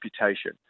reputation